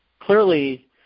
Clearly